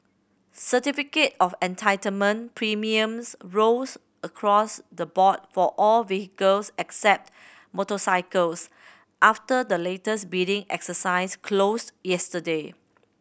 Certificate of Entitlement premiums rose across the board for all vehicles except motorcycles after the latest bidding exercise closed yesterday